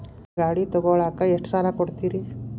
ಗಾಡಿ ತಗೋಳಾಕ್ ಎಷ್ಟ ಸಾಲ ಕೊಡ್ತೇರಿ?